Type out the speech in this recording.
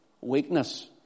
weakness